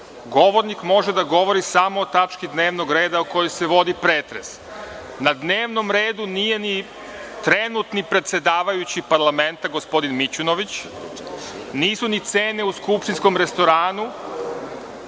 govornik može da govori samo o tački dnevnog reda o kojoj se vodi pretres. Na dnevnom redu nije trenutni predsedavajući parlamenta, gospodin Mićunović, nisu ni cene u skupštinskom restoranu,